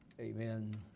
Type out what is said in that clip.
amen